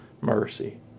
mercy